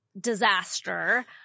disaster